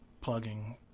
plugging